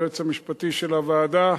היועץ המשפטי של הוועדה,